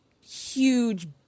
huge